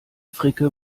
fricke